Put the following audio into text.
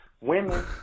Women